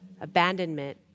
abandonment